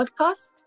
podcast